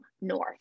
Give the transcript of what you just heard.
North